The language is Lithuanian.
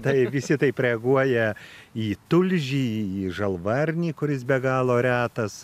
tai visi taip reaguoja į tulžį į žalvarnį kuris be galo retas